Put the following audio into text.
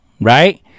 right